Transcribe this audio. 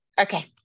Okay